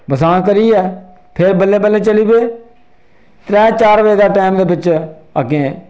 बसांऽ करियै फिर बल्लें बल्लें चली पे त्रै चार बजे दे टैम दे बिच्च अग्गें